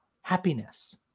happiness